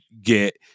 get